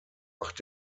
macht